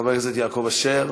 חבר הכנסת יעקב אשר.